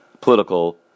political